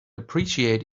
appreciate